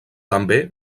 també